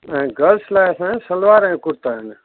ऐं गल्स लाइ असां सलवार ऐं कुर्ता आहिनि